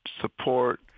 support